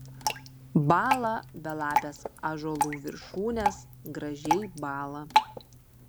bąla belapės ąžuolų viršūnės gražiai bąla